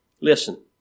Listen